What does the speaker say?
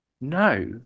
No